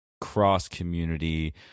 cross-community